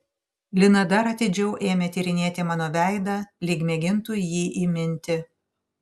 lina dar atidžiau ėmė tyrinėti mano veidą lyg mėgintų jį įminti